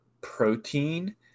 protein